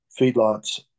feedlots